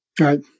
Right